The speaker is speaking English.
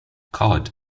cod